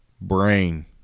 brain